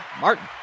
Martin